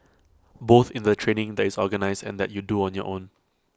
both in the training that is organised and that you do on your own